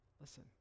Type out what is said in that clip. listen